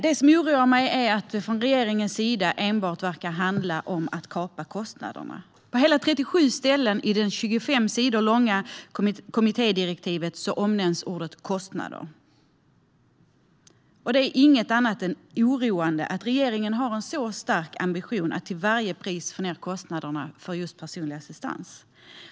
Det som oroar mig är att det för regeringen verkar handla enbart om att kapa kostnaderna. På hela 37 ställen i det 25 sidor långa kommittédirektivet omnämns ordet kostnader. Det är inget annat än oroande att regeringen har en så stark ambition att till varje pris få ned kostnaderna för just personlig assistans.